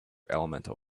elemental